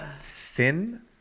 thin